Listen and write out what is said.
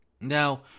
Now